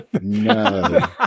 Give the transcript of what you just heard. No